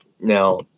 Now